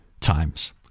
times